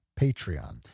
Patreon